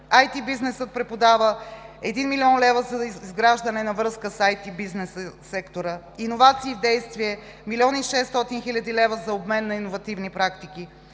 „IT бизнесът преподава“ – 1 млн. лв. за изграждане на връзка с IT бизнеса в сектора, „Иновации в действие“ – 1 млн. 600 хил. лв. за обмен на иновативни практики.